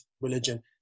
religion